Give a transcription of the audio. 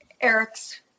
Eric's –